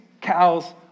cows